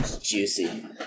Juicy